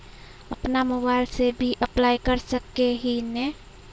अपन मोबाईल से भी अप्लाई कर सके है नय?